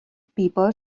people